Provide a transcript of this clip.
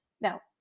Now